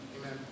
Amen